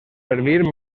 servir